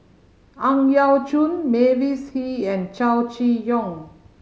Ang Yau Choon Mavis Hee and Chow Chee Yong